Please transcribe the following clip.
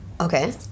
Okay